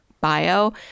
bio